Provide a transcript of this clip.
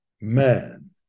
man